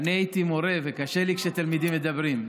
אני הייתי מורה, וקשה לי כשתלמידים מדברים.